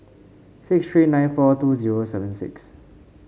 six three nine four two zero seven six